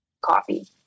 coffee